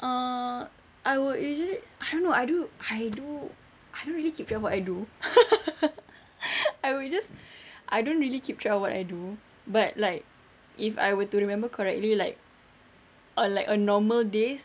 uh I would usually I don't know I do I do I don't really keep track of what I do I would just I don't really keep track of what I do but like if I were to remember correctly like on like a normal days